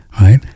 right